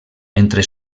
entre